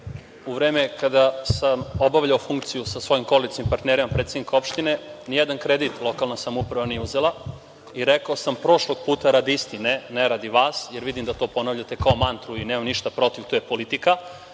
u vreme kada sam obavljao funkciju sa svojim koalicionim partnerom, predsednikom opštine, ni jedan kredit lokalna samouprava nije uzela i rekao sam prošlog puta radi istine, ne radi vas, jer vidim da to ponavljate kao mantru, i nemam ništa protiv, to je politika. Da